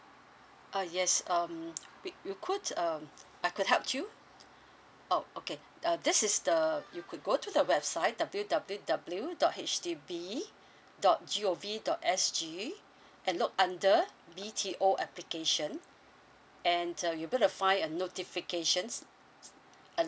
uh yes um we we could um I could help you oh okay uh this is the uh you could go to the website w w w dot H D B dot g o v dot s g and look under B_T_O application and uh you're going to find uh notifications